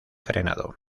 frenado